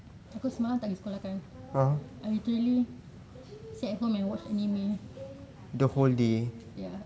aku semalam tak pergi sekolah kan I literally stay at home and watch anime ya